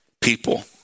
people